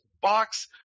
box